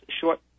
short